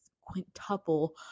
quintuple